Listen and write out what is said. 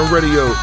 Radio